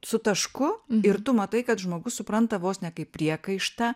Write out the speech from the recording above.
su tašku ir tu matai kad žmogus supranta vos ne kaip priekaištą